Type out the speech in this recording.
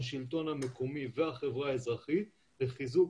השלטון המקומי והחברה האזרחית לחיזוק